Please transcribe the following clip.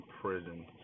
prison